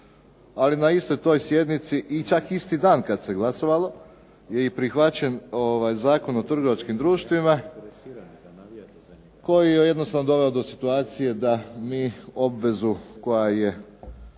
Ali na istoj toj sjednici, čak isti dan kada se glasovalo je prihvaćen Zakon o trgovačkim društvima koji je jednostavno doveo do situacije da mi obvezu koju je